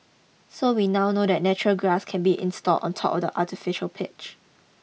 so we now know that natural grass can be installed on top of the artificial pitch